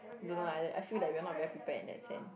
don't know lah I feel like we're not very prepared in that sense